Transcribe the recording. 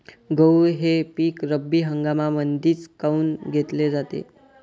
गहू हे पिक रब्बी हंगामामंदीच काऊन घेतले जाते?